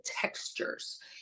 textures